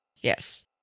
Yes